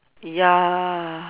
ya